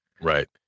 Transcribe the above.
Right